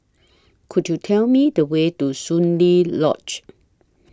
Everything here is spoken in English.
Could YOU Tell Me The Way to Soon Lee Lodge